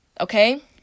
Okay